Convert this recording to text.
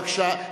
בבקשה.